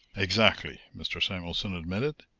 exactly! mr. samuelson admitted.